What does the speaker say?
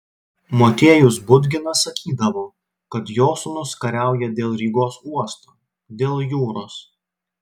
motiejus budginas sakydavo kad jo sūnus kariauja dėl rygos uosto dėl jūros